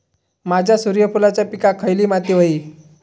माझ्या सूर्यफुलाच्या पिकाक खयली माती व्हयी?